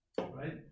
right